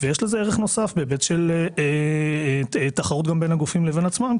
ויש לזה ערך נוסף בהיבט של תחרות בין הגופים לבין עצמם.